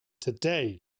today